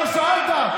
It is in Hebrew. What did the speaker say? אתה שאלת.